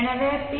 எனவே பி